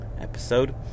episode